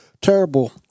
terrible